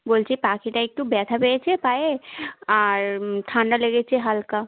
বলছি পাখিটা একটু ব্যথা পেয়েছে পায়ে আর ঠান্ডা লেগেছে হালকা